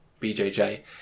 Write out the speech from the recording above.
BJJ